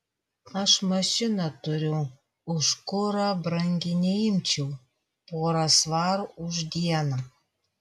aš mašiną turiu už kurą brangiai neimčiau porą svarų už dieną